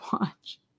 watch